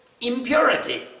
impurity